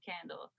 Candle